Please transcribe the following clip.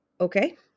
Okay